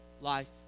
life